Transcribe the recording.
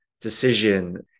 decision